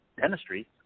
dentistry